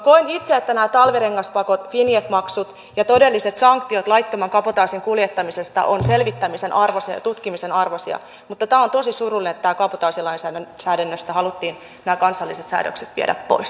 koen itse että nämä talvirengaspakot vinjet maksut ja todelliset sanktiot laittoman kabotaasin kuljettamisesta ovat selvittämisen ja tutkimisen arvoisia mutta on tosi surullista että kabotaasilainsäädännöstä haluttiin nämä kansalliset säädökset viedä pois